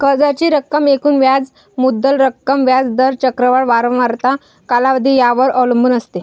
कर्जाची रक्कम एकूण व्याज मुद्दल रक्कम, व्याज दर, चक्रवाढ वारंवारता, कालावधी यावर अवलंबून असते